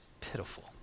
pitiful